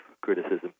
criticism